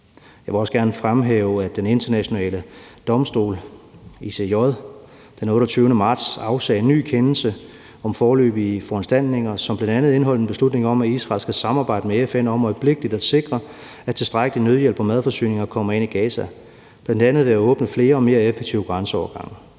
Jeg vil også gerne fremhæve, at Den Internationale Domstol, ICJ, den 28. marts afsagde ny kendelse om foreløbige foranstaltninger, som bl.a. indeholdt en beslutning om, at Israel skal samarbejde med FN om øjeblikkeligt at sikre, at der kommer tilstrækkeligt med nødhjælp og madforsyninger ind i Gaza, bl.a. ved at åbne flere og mere effektive grænseovergange.